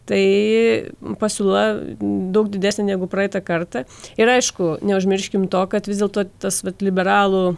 tai pasiūla daug didesnė negu praeitą kartą ir aišku neužmirškim to kad vis dėlto tas vat liberalų